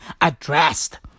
addressed